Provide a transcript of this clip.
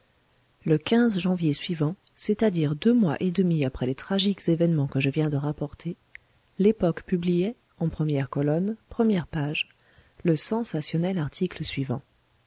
e janvier suivant c'est-à-dire deux mois et demi après les tragiques événements que je viens de rapporter l'époque publiait en première colonne première page le sensationnel article suivant